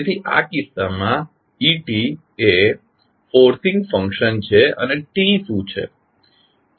તેથી આ કિસ્સામાં e એ ફોર્સિંગ ફંકશન છે અને t શું છે